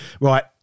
Right